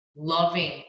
loving